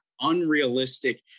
unrealistic